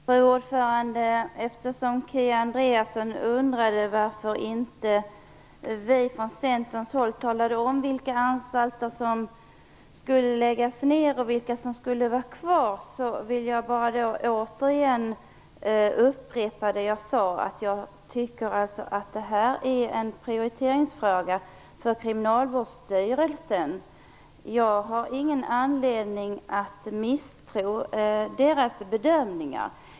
Fru talman! Eftersom Kia Andreasson undrade varför inte vi från Centern talade om vilka anstalter som skall läggas ner och vilka som skall vara kvar, vill jag bara återigen upprepa vad jag sade. Jag tycker således att det här är en prioriteringsfråga för Kriminalvårdsstyrelsen. Jag har ingen anledning att misstro dess bedömningar.